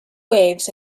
waves